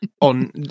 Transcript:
on